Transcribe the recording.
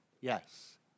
yes